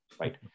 right